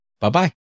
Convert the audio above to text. Bye-bye